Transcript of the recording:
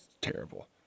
terrible